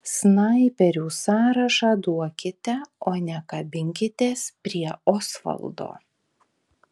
snaiperių sąrašą duokite o ne kabinkitės prie osvaldo